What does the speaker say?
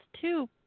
two